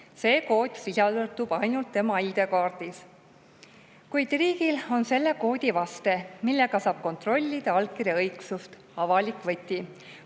See kood sisaldub ainult tema ID‑kaardil. Kuid riigil on selle koodi vaste, millega saab kontrollida allkirja õigsust, avalik võti.